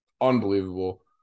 unbelievable